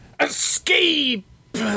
Escape